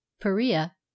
Perea